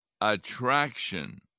attraction